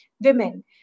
women